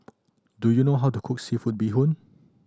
do you know how to cook seafood bee hoon